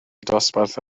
dosbarth